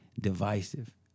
divisive